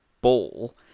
ball